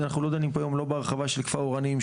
אנחנו לא דנים פה היום לא בהרחבה של כפר אורנים,